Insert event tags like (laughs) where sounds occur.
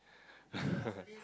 (laughs)